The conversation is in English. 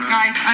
Guys